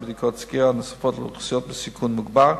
ובדיקות סקירה נוספות לאוכלוסיות בסיכון מוגבר,